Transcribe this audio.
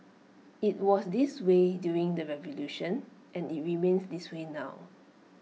IT was this way during the revolution and IT remains this way now